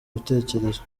bitekerezo